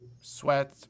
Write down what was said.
sweat